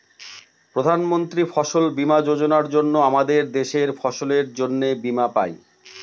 প্রধান মন্ত্রী ফসল বীমা যোজনার জন্য আমাদের দেশের ফসলের জন্যে বীমা পাই